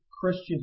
Christian